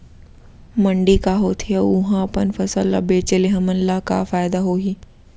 मंडी का होथे अऊ उहा अपन फसल ला बेचे ले हमन ला का फायदा होही?